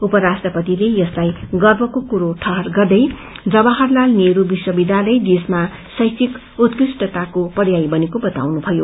उपराष्ट्रपतिले यसलाई गर्वको कुरो ठहर गर्दै जवाहरताल नेहरू विश्वविद्यालय देशमा शैक्षिक उत्कृष्टताको पर्याय बनेको बताउनुथयो